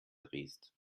drehst